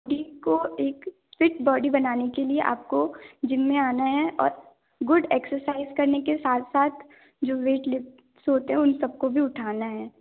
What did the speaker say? देखो एक fit body बनाने के लिए आपको जिम में आना है और गुड एक्सरसाइज़ करने के साथ साथ जो वेट लिफ्ट्स होते हैं उन सबको भी उठाना है